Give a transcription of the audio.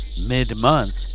Mid-month